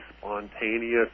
spontaneous